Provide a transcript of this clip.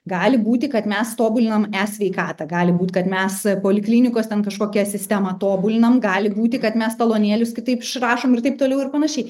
gali būti kad mes tobulinam esveikatą gali būt kad mes poliklinikos ten kažkokią sistemą tobulinam gali būti kad mes talonėlius kitaip išrašom ir taip toliau ir panašiai